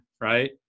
right